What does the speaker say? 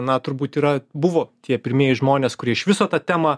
na turbūt yra buvo tie pirmieji žmonės kurie iš viso tą temą